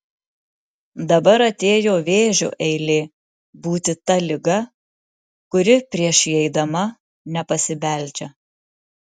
dabar atėjo vėžio eilė būti ta liga kuri prieš įeidama nepasibeldžia